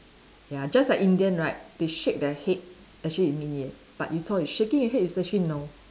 ya just like Indian right they shake their head actually it mean yes but you thought is shaking your head is actually no